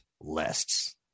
lists